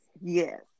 yes